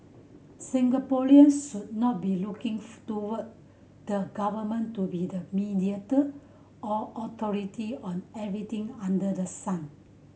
Singaporeans should not be looking toward the government to be the mediator or authority on everything under the sun